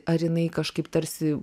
ar jinai kažkaip tarsi